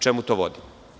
Čemu to vodi?